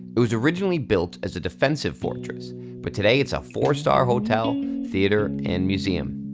it was originally built as a defensive fortress but today it's a four star hotel, theater and museum.